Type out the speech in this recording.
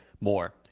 more